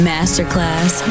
Masterclass